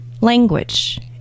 language